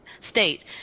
state